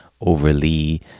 overly